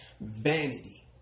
vanity